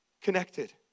connected